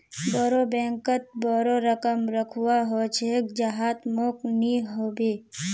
बोरो बैंकत बोरो रकम रखवा ह छेक जहात मोक नइ ह बे